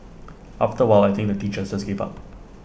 after A while I think the teachers just gave up